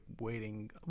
waiting